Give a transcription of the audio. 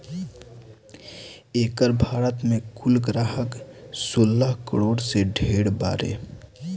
एकर भारत मे कुल ग्राहक सोलह करोड़ से ढेर बारे